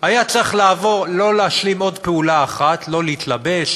היה צריך לעבור לא להשלים עוד פעולה אחת: לא להתלבש,